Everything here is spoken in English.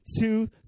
two